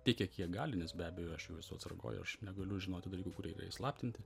tiek kiek jie gali nes be abejo aš jau esu atsargoj aš negaliu žinoti dalykų kurie yra įslaptinti